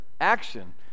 action